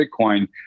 Bitcoin